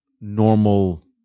normal